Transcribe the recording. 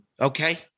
Okay